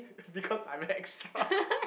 it's because I'm an extra